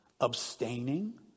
abstaining